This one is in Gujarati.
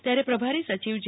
ત્યારે પ્રભારી સચિવ જે